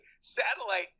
satellite